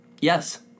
Yes